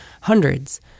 Hundreds